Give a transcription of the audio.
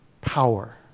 power